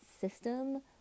system